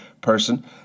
person